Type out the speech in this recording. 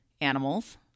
animals